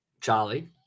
Charlie